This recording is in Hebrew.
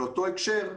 באותו הקשר,